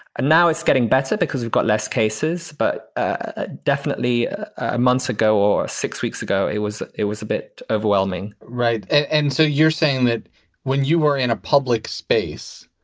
and now it's getting better because we've got less cases. but ah definitely a month ago or six weeks ago, it was. it was a bit overwhelming right. and so you're saying that when you were in a public space,